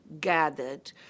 gathered